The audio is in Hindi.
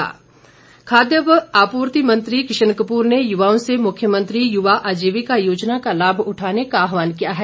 किशन कपूर खाद्य व आपूर्ति मंत्री किशन कपूर ने युवाओं से मुख्यमंत्री युवा आजीविका योजना का लाभ उठाने का आहवान किया है